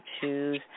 choose